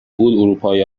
بود، اروپایی